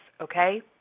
okay